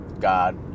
god